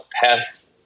path